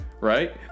Right